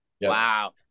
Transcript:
Wow